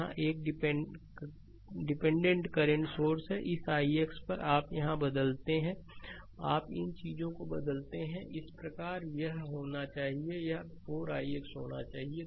यहाँ यह एक डिपेंडेंट करंट सोर्स है इस ix यहाँ आप यहाँ बदलते हैं आप इन चीजों को बदलते हैं इस प्रकार यह होना चाहिए यह 4 ix होना चाहिए